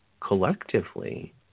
collectively